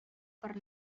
per